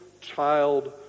child